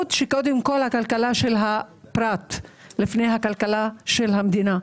הכלכלה של הפרט היא לפני הכלכלה של המדינה,